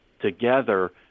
together